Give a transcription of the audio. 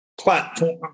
platform